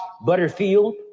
Butterfield